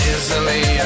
Easily